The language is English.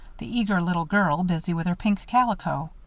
the eager little girl busy with her pink calico.